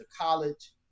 college